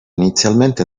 inizialmente